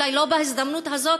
אולי לא בהזדמנות הזאת,